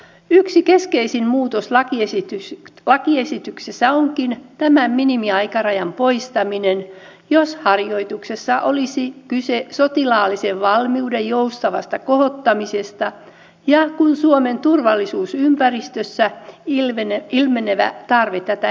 yksi keskeisin muutos lakiesityksessä onkin tämän minimiaikarajan poistaminen jos harjoituksessa olisi kyse sotilaallisen valmiuden joustavasta kohottamisesta ja kun suomen turvallisuusympäristössä ilmenevä tarve tätä edellyttäisi